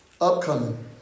upcoming